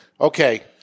Okay